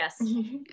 Yes